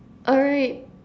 alright